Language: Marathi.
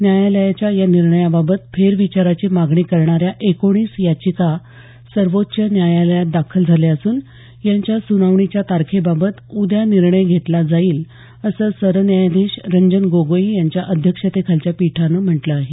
न्यायालयाच्या या निर्णयाबाबत फेरविचाराची मागणी करणाऱ्या एकोणीस याचिका सर्वोच्च न्यायालयात दाखल झाल्या असून यांच्या सुनावणीच्या तारखेबाबत उद्या निर्णय घेतला जाईल असं सरन्यायाधीश रंजन गोगोई यांच्या अध्यक्षतेखालच्या पीठानं म्हटलं आहे